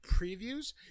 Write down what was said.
previews